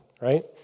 Right